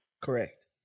Correct